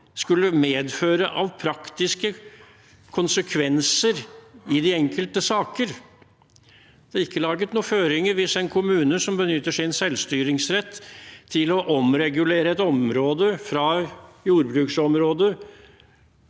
skulle medføre av praktiske konsekvenser i de enkelte saker. Det er ikke laget noen føringer for en kommune som benytter sin selvstyringsrett til å omregulere et område fra jordbruksområde,